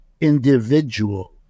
individual